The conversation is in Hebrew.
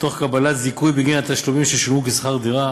תוך קבלת זיכוי בגין התשלומים ששולמו כשכר-דירה.